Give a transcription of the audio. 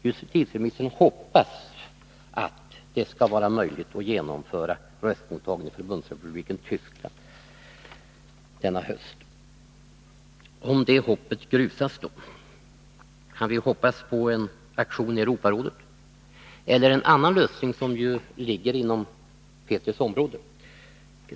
Justitieministern hoppas att det skall vara möjligt att genomföra röstmottagning i Förbundsrepubliken Tyskland denna höst. Om det hoppet grusas då? Kan vi hoppas på någon aktion i Europarådet eller en annan lösning som ligger inom justitieministerns område?